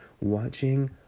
watching